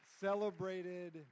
celebrated